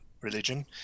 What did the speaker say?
religion